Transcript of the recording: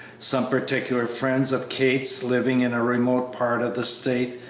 some particular friends of kate's, living in a remote part of the state,